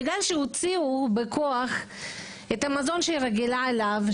הוציאו בכוח את המזון שהיא רגילה אליו,